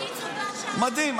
מדהים.